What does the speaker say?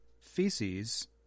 feces